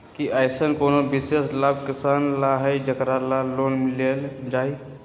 कि अईसन कोनो विशेष लाभ किसान ला हई जेकरा ला लोन लेल जाए?